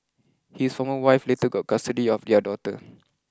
his former wife later got custody of their daughter